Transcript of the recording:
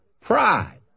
Pride